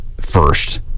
first